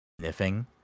sniffing